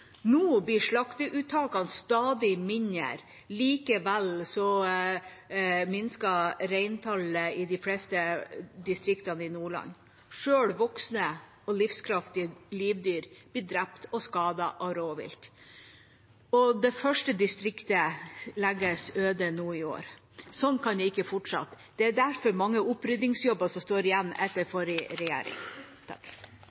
Nå blir slakteuttakene stadig mindre. Likevel minsker reintallet i de fleste distriktene i Nordland. Selv voksne og livskraftige livdyr blir drept og skadet av rovvilt. Det første distriktet legges øde nå i år. Sånn kan det ikke fortsette. Det er derfor mange oppryddingsjobber som står igjen etter